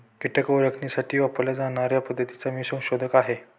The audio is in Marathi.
कीटक ओळखण्यासाठी वापरल्या जाणार्या पद्धतीचा मी संशोधक आहे